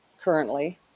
currently